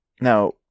now